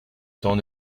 temps